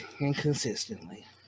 inconsistently